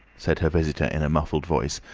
said her visitor, in a muffled voice,